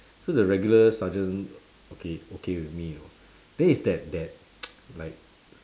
so the regular sergeant okay okay with me you know then it's that that like